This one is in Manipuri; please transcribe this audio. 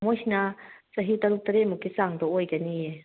ꯃꯣꯏꯁꯤꯅ ꯆꯍꯤ ꯇꯔꯨꯛ ꯇꯔꯦꯠꯃꯨꯛꯀꯤ ꯆꯥꯡꯗ ꯑꯣꯏꯒꯅꯤꯌꯦ